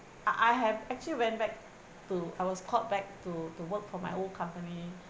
I I have actually went back to I was called back to to work for my old company